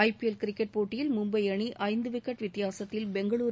IPL cricket போட்டியில் மும்பை அணி ஐந்து விக்கெட் வித்தியாசத்தில் பெங்களூரு